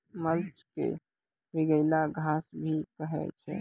mulch क भींगलो घास भी कहै छै